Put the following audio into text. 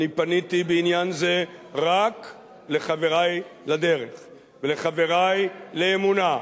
אני פניתי בעניין זה רק לחברי לדרך לחברי לאמונה.